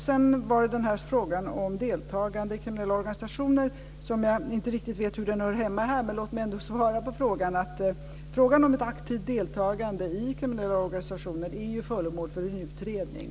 Sedan var det frågan om deltagande i kriminella organisationer, som jag inte riktigt vet hur den hör hemma här, men låt mig ändå svara på frågan. Frågan om ett aktivt deltagande i kriminella organisationer är föremål för en utredning.